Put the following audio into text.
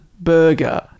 Burger